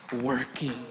working